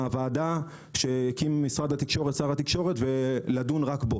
הוועדה שהקים משרד התקשורת ולדון רק בה.